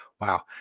Wow